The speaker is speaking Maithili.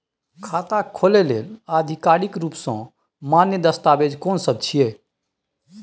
खाता खोले लेल आधिकारिक रूप स मान्य दस्तावेज कोन सब छिए?